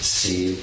see